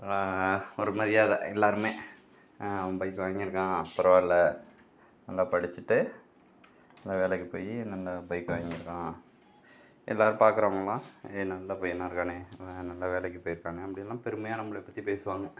ஒரு மரியாதை எல்லாேருமே அவன் பைக் வாங்கியிருக்கான் பரவாயில்லை நல்லா படிச்சுட்டு நல்ல வேலைக்கு போய் நல்ல பைக் வாங்கியிருக்கான் எல்லாேரும் பார்க்கறவங்கள்லாம் ஏ நல்ல பையனாக இருக்கானே இவன் நல்ல வேலைக்கு போயிருக்கானே அப்படினுலாம் பெருமையாக நம்மள பற்றி பேசுவாங்க